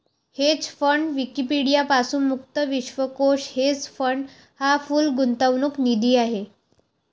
hedge fund Wikipedia पासून मुक्त विश्वकोश हेज फंड हा पूल गुंतवणूक निधी आहे